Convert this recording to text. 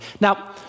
Now